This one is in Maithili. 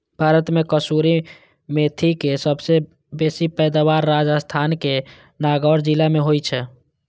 भारत मे कसूरी मेथीक सबसं बेसी पैदावार राजस्थानक नागौर जिला मे होइ छै